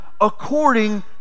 according